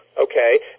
okay